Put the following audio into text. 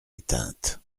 éteinte